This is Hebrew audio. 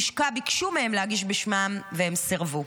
הלשכה ביקשו מהם להגיש בשמם, והם סירבו,